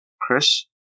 Chris